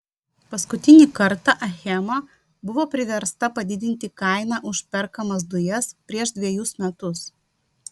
paskutinį kartą achema buvo priversta padidinti kainą už perkamas dujas prieš dvejus metus